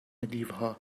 دیوها